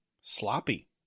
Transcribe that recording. sloppy